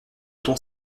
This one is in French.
ton